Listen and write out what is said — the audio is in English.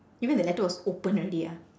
you mean the letter was open already ah